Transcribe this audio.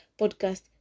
podcast